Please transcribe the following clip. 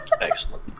Excellent